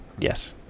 Yes